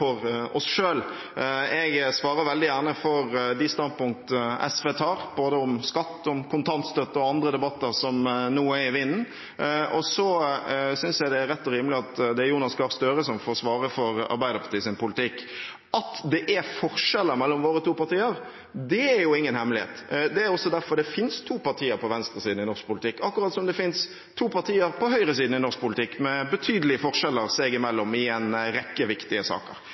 for oss selv. Jeg svarer veldig gjerne for de standpunkt SV tar, både om skatt, om kontantstøtte og om andre debatter som nå er i vinden. Og så synes jeg det er rett og rimelig at det er Jonas Gahr Støre som får svare for Arbeiderpartiets politikk. At det er forskjeller mellom våre to partier, er ingen hemmelighet. Det er også derfor det finnes to partier på venstresiden i norsk politikk, akkurat som det finnes to partier på høyresiden i norsk politikk, med betydelige forskjeller seg imellom i en rekke viktige saker.